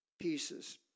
pieces